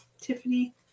Tiffany